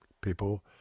people